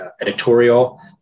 editorial